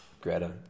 Greta